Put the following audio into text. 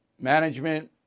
management